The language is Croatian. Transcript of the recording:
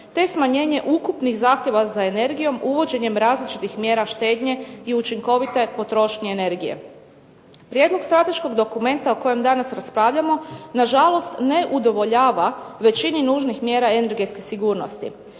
te smanjenje ukupnih zahtjeva za energijom uvođenjem različitih mjera štednje i učinkovite potrošnje energije. Prijedlog strateškog dokumenta o kojem danas raspravljamo nažalost ne udovoljava većini nužnih mjera energetske sigurnosti.